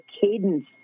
cadence